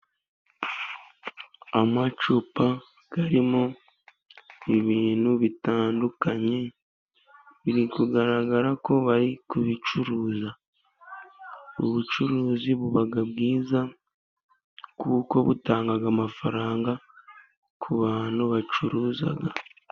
Amacupa arimo ibintu bitandukanye, biri kugaragara ko bari kubicuruza. Ubucuruzi buba bwiza, kuko butanga amafaranga ku bantu bacuruza.